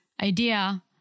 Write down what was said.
idea